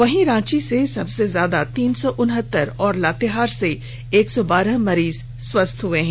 वहीं रांची से सबसे ज्यादा तीन सौ उनहतर एवं लातेहार से एक सौ बारह मरीज स्वस्थ हुए हैं